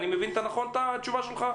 אני מבין נכון את התשובה שלך?